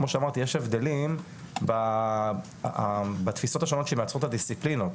כמו שאמרתי יש הבדלים בתפיסות השונות שמייצרות הדיסציפלינות,